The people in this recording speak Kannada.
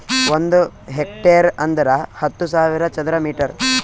ಒಂದ್ ಹೆಕ್ಟೇರ್ ಅಂದರ ಹತ್ತು ಸಾವಿರ ಚದರ ಮೀಟರ್